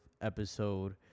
episode